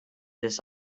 this